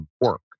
work